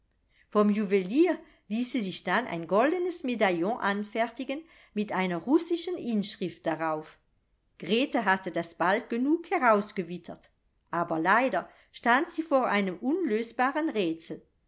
vom juwelier ließ sie sich dann ein goldenes medaillon anfertigen mit einer russischen inschrift darauf grete hatte das bald genug herausgewittert aber leider stand sie vor einem unlösbaren rätsel